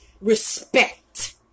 Respect